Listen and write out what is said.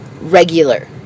regular